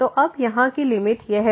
तो अब यहाँ की लिमिट यह होगी